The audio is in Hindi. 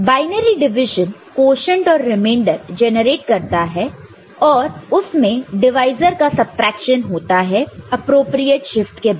बाइनरी डिविजन क्वोशन्ट और रिमाइंडर जनरेट करता है और उसमें डिवाइसर का सबट्रैक्शन होता है एप्रोप्रियेट शिफ्ट के बाद